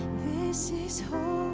this is holy